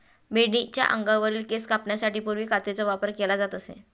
मेंढीच्या अंगावरील केस कापण्यासाठी पूर्वी कात्रीचा वापर केला जात असे